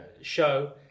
show